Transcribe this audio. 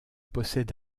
possède